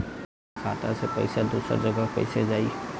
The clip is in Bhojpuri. खाता से पैसा दूसर जगह कईसे जाई?